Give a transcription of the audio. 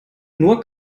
nur